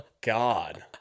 God